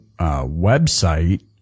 website